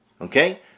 Okay